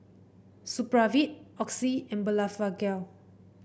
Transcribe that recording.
Supravit Oxy and Blephagel